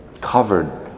covered